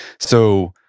so,